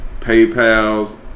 PayPal's